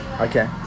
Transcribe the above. Okay